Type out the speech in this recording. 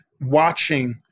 watching